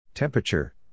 Temperature